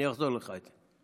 אני אחזיר לך את זה.